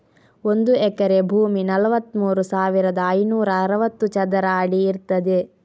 ಒಂದು ಎಕರೆ ಭೂಮಿ ನಲವತ್ತಮೂರು ಸಾವಿರದ ಐನೂರ ಅರವತ್ತು ಚದರ ಅಡಿ ಇರ್ತದೆ